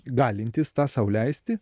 galintys tą sau leisti